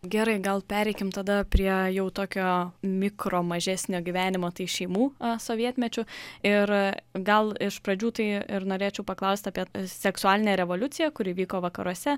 gerai gal pereikim tada prie jau tokio mikro mažesnio gyvenimo tai šeimų sovietmečiu ir gal iš pradžių tai ir norėčiau paklausti apie seksualinę revoliuciją kuri vyko vakaruose